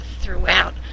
throughout